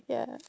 ya